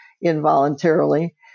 involuntarily